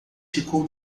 ficou